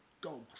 go